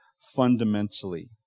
fundamentally